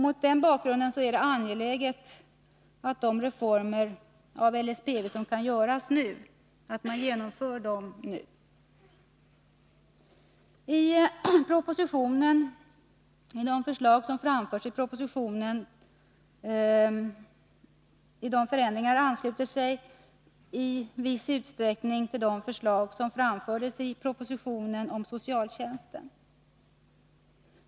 Mot denna bakgrund är det angeläget att de reformer av LSPV som kan göras nu också genomförs. utsträckning till de förslag som framfördes i propositionen om socialtjänsten.